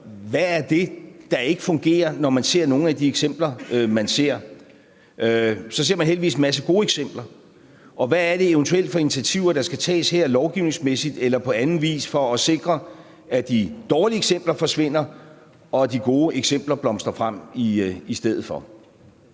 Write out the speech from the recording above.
hvad det er, der ikke fungerer, når man ser nogle af de eksempler, man ser, og så ser man heldigvis også en masse gode eksempler. Og hvad er det eventuelt for initiativer, der skal tages lovgivningsmæssigt eller på anden vis for at sikre, at de dårlige eksempler forsvinder, og at de gode eksempler blomstrer frem i stedet?